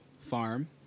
farm